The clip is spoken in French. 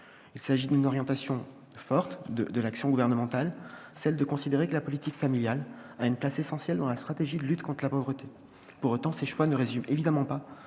Il s'agit d'une orientation forte de l'action gouvernementale, celle de considérer que la politique familiale a une place essentielle dans la stratégie de lutte contre la pauvreté. Pour autant, ces choix ne résument évidemment pas